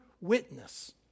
witness